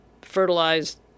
fertilized